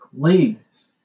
Please